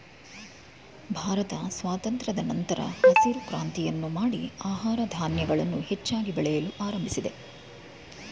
ಭಾರತ ಸ್ವಾತಂತ್ರದ ನಂತರ ಹಸಿರು ಕ್ರಾಂತಿಯನ್ನು ಮಾಡಿ ಆಹಾರ ಧಾನ್ಯಗಳನ್ನು ಹೆಚ್ಚಾಗಿ ಬೆಳೆಯಲು ಆರಂಭಿಸಿದೆ